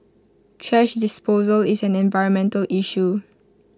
thrash disposal is an environmental issue